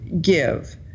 give